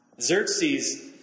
Xerxes